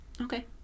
Okay